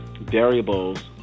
variables